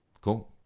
cool